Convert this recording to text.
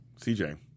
CJ